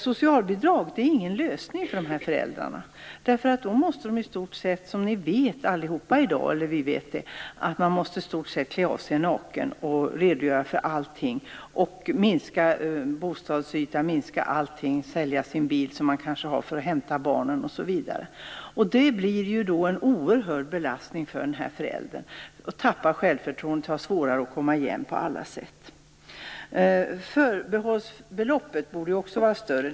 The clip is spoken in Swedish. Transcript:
Socialbidrag är ingen lösning för dessa föräldrar. Som vi alla vet måste de då i stort sett - bildligt talat - klä av sig helt nakna och redogöra för allting. De måste minska sin bostadsyta, dra ned på allting och sälja sin eventuella bil som de kanske har för att hämta barnen. Det innebär en oerhört stor belastning för den föräldern. Han tappar självförtroendet och har svårare att komma igen på alla sätt. Förbehållsbeloppet borde vara större.